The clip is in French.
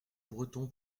breton